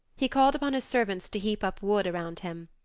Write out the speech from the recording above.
he called upon his servants to heap up wood around him.